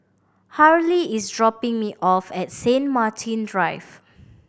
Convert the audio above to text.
Harley is dropping me off at Saint Martin Drive